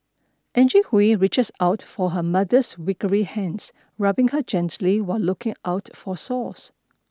Angie Hui reaches out for her mother's hands rubbing her gently while looking out for sores